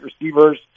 receivers